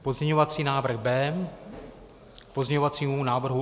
Pozměňovací návrh B k pozměňovacímu návrhu